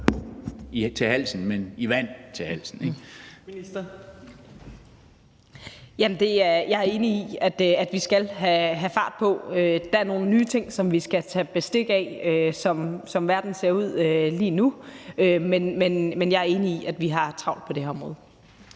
Jeg er enig i, at vi skal have fart på. Der er nogle nye ting, som vi skal tage bestik af, sådan som verden ser ud lige nu. Men jeg er enig i, at vi har travlt på det her område.